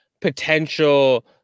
potential